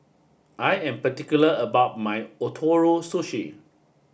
I am particular about my Ootoro Sushi